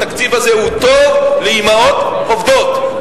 התקציב הזה הוא טוב לאמהות עובדות.